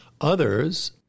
Others